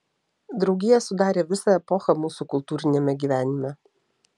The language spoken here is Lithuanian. draugija sudarė visą epochą mūsų kultūriniame gyvenime